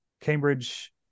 Cambridge